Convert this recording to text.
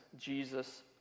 Jesus